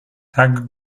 tak